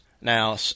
Now